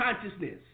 consciousness